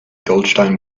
goldstein